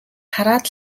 хараад